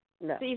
No